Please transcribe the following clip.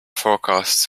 forecast